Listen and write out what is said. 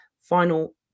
final